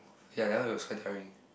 ya that one looks quite tiring